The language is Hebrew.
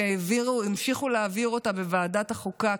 המשיכו להעביר אותה בוועדת החוקה,